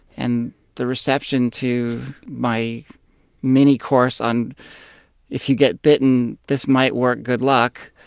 and the reception to my mini-course on if you get bitten this might work, good luck,